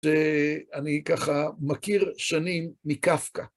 שאני ככה מכיר שנים מקפקא.